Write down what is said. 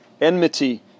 Enmity